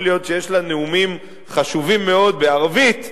יכול להיות שיש לה נאומים חשובים מאוד בערבית,